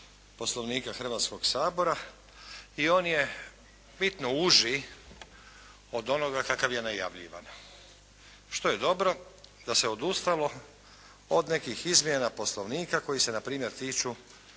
Poslovnika Hrvatskog sabora i on je bitno uži od onoga kakav je najavljivan što je dobro da se odustalo od nekih izmjena Poslovnika koji se na primjer tiču